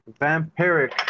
vampiric